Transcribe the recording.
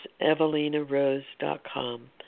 evelinarose.com